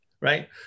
right